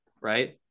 right